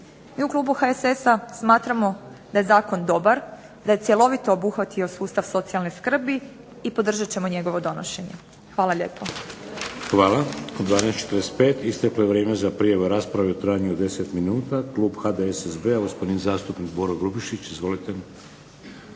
u klubu HSS-a smatramo da je zakon dobar, da je cjelovito obuhvatio sustav socijalne skrbi i podržat ćemo njegovo donošenje. Hvala lijepo. **Šeks, Vladimir (HDZ)** Hvala. U 12,45 isteklo je vrijeme za prijavu rasprave u trajanju od 10,00 minuta. Klub HDSSB-a, gospodin zastupnik Boro Grubišić. Izvolite.